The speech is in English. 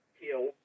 kill